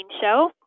Show